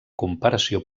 comparació